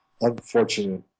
unfortunate